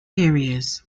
areas